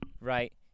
right